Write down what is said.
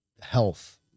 health